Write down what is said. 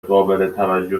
قابلتوجه